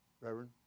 Reverend